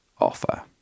offer